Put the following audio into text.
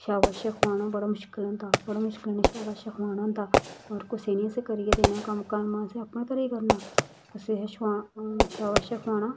शाबशै खोआना बड़ा मुश्कल होंदा बड़ा मुश्कल ने शाबशै खोआना होंदा मगर कुसै नी करियै देना असें कम्म कम्म असें अपने घरै करना असें शाबशै खोआना